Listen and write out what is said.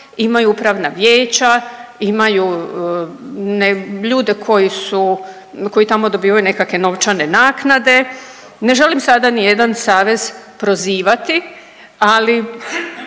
imaju upravna vijeća, imaju ljude koji su, koji tamo dobivaju nekakve novčane naknade, ne želim sada nijedan savez prozivati, ali